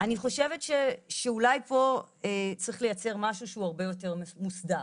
אני חושבת שאולי פה צריך ליצר משהו שהוא הרבה יותר מוסדר,